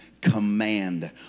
Command